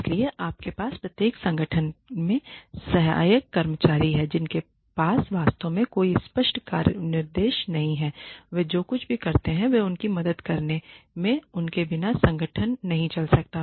इसलिए आपके पास प्रत्येक संगठन में सहायक कर्मचारी हैं जिनके पास वास्तव में कोई स्पष्ट कार्य विनिर्देश नहीं हैं वे जो कुछ भी कहते हैं वह उनकी मदद करने करते है उनके बिना संगठन नहीं चल सकता है